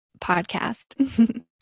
podcast